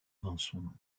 mensonge